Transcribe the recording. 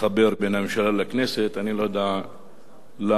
אני לא יודע למה הוא יצא דווקא בדיון כזה.